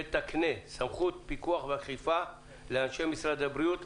שתקנה סמכות פיקוח ואכיפה לאנשי משרד הבריאות,